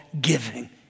giving